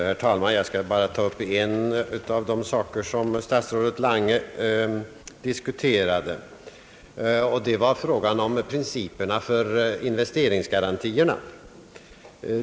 Herr talman! Jag skall bara ta upp en av de saker som statsrådet Lange diskuterade, nämligen frågan om principerna för investeringsgarantierna.